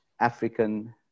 African